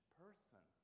person